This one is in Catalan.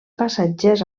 passatgers